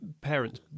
parents